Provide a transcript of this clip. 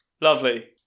lovely